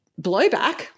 blowback